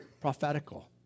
prophetical